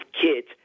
kids